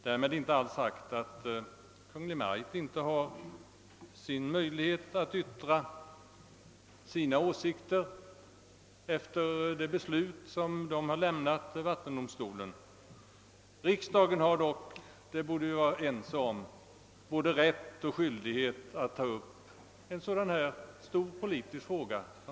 Därmed inte alls sagt att Kungl. Maj:t inte skall ha möjlighet att framföra sina åsikter efter det beslut som Kungl. Maj:t lämnat vattendomstolen. Riksdagen har dock — det borde vi vara ense om — både rätt och skyldighet att ta upp en sådan här stor politisk fråga.